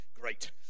Great